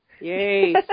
Yay